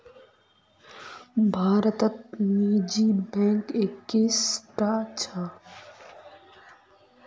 भारतत निजी बैंक इक्कीसटा छ